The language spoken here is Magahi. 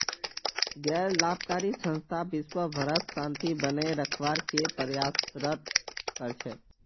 गैर लाभकारी संस्था विशव भरत शांति बनए रखवार के प्रयासरत कर छेक